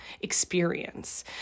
experience